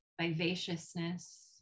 vivaciousness